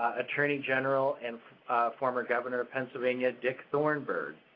attorney general and former governor of pennsylvania, dick thornburgh,